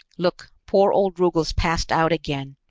look, poor old rugel's passed out again.